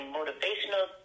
motivational